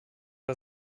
war